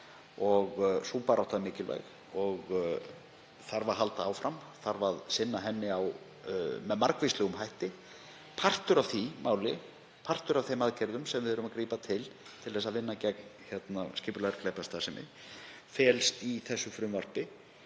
Sú barátta er mikilvæg og þarf að halda áfram. Það þarf að sinna henni með margvíslegum hætti. Partur af því máli, af þeim aðgerðum sem við erum að grípa til til að vinna gegn skipulagðri glæpastarfsemi, felst í þessu frumvarpi